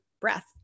breath